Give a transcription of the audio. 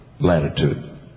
latitude